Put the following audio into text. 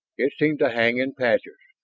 it seemed to hang in patches,